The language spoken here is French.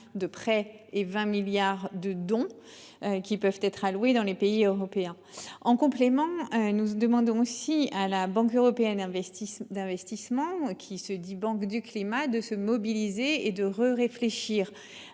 de prêts et 20 milliards de dons aux pays européens. En complément, nous demandons aussi à la Banque européenne d'investissement, qui se dit banque du climat, de se mobiliser et de réfléchir